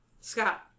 Scott